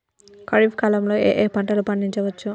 ఖరీఫ్ కాలంలో ఏ ఏ పంటలు పండించచ్చు?